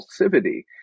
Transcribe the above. impulsivity